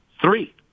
Three